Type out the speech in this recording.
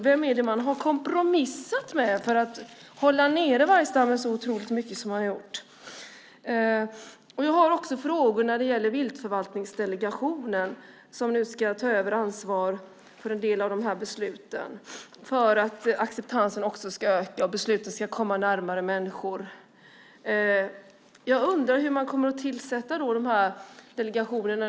Vem är det man har kompromissat med för att hålla nere vargstammen så mycket? Jag har också frågor angående viltförvaltningsdelegationerna som ska ta över ansvar för en del av dessa beslut så att acceptansen ska öka och besluten komma närmare människor. Hur kommer man att tillsätta dessa delegationer?